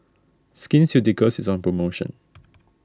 Skin Ceuticals is on promotion